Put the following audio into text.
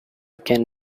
can